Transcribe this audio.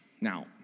Now